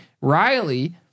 Riley